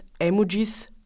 emojis